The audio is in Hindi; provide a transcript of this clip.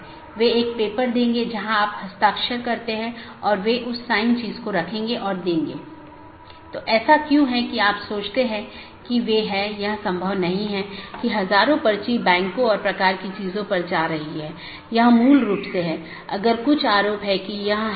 इसलिए आप देखते हैं कि एक BGP राउटर या सहकर्मी डिवाइस के साथ कनेक्शन होता है यह अधिसूचित किया जाता है और फिर कनेक्शन बंद कर दिया जाता है और अंत में सभी संसाधन छोड़ दिए जाते हैं